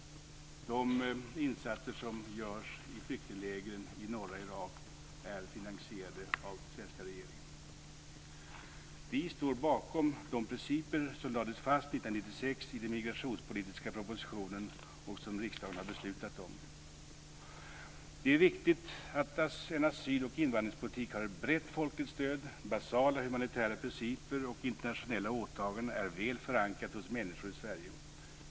De insatser som görs i flyktinglägren i norra Irak är finansierade av den svenska regeringen. Vi står bakom de principer som lades fast 1996 i den migrationspolitiska propositionen och som riksdagen har fattat beslut om. Det är viktigt att en asyl och invandringspolitik har ett brett folkligt stöd. Basala humanitära principer och internationella åtaganden är väl förankrade hos människor i Sverige.